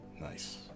Nice